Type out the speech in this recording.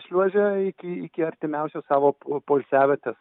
šliuožia iki iki artimiausios savo po poilsiavietės